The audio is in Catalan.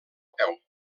peu